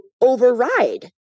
override